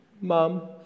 mom